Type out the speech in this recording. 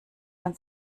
man